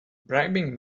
bribing